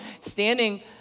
standing